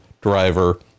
driver